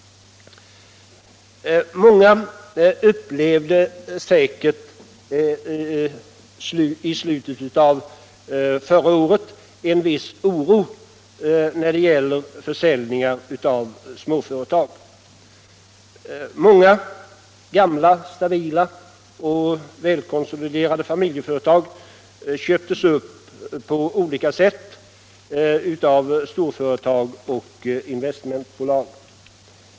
Många kände säkert i slutet av förra året en viss oro när det gällde försäljningar av småföretag. Många gamla, stabila och välkonsoliderade familjeföretag köptes på olika sätt upp av storföretag och investmentbolag.